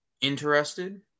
interested